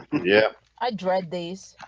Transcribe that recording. yeah, i'd read these